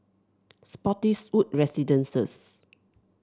Spottiswoode Residences